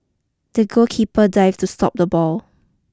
the goalkeeper dived to stop the ball